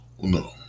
no